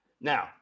Now